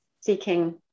seeking